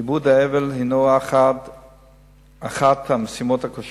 עיבוד האבל הינו אחת המשימות הקשות